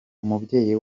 umubyeyi